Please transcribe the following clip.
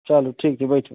चलू ठीक छै बैठू